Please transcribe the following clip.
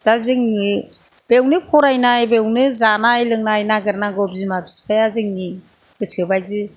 दा जोंनि बेयावनो फरायनाय बेयावनो जानाय लोंनाय नागेरनांगौ बिमा बिफाया जोंनि गोसोबायदि